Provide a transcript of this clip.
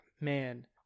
Man